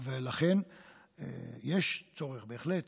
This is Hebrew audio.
לכן יש צורך בהחלט